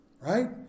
Right